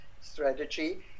strategy